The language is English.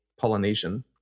Polynesian